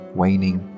waning